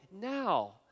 now